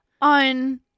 On